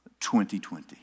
2020